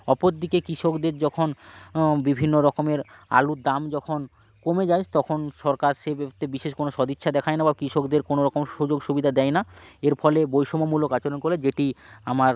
অপর দিকে কৃষকদের যখন বিভিন্ন রকমের আলুর দাম যখন কমে যায় তখন সরকার সেই বিশেষ কোনো সদিচ্ছা দেখায় না বা কৃষকদের কোনো রকম সুযোগ সুবিধা দেয় না এর ফলে বৈষম্যমূলক আচরণ করে যেটি আমার